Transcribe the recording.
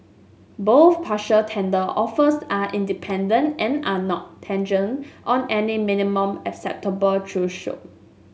both partial tender offers are independent and are not contingent on any minimum acceptance threshold